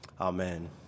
amen